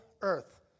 earth